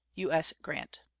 u s. grant.